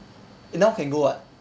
now can go [what]